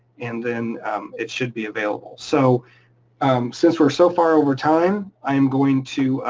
and then it should be available, so since we're so far over time, i am going to.